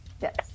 Yes